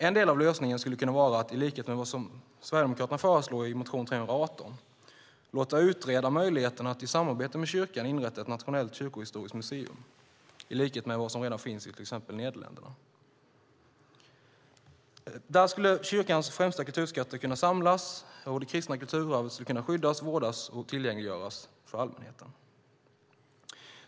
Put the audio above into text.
En del av lösningen skulle kunna vara att, i likhet med vad Sverigedemokraterna föreslår i motion 318, låta utreda möjligheten att i samarbete med kyrkan inrätta ett nationellt kyrkohistoriskt museum i likhet med vad som redan finns i till exempel Nederländerna. Där skulle kyrkans främsta kulturskatter kunna samlas och det kristna kulturarvet skyddas, vårdas och tillgängliggöras för allmänheten.